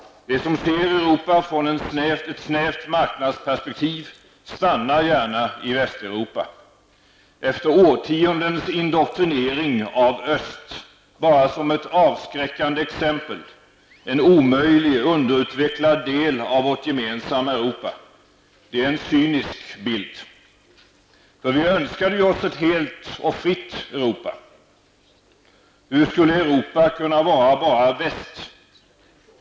De som ser Europa ur ett snävt marknadsperspektiv stannar gärna i Västeuropa. Efter årtiondens indoktrinering ses ''öst'' bara som ett avskräckande exempel, en omöjlig, underutvecklad del av vårt gemensamma Europa. Det är en cynisk bild. För vi önskade oss ju ett helt och fritt Europa. Hur skulle Europa kunna vara bara ''väst''?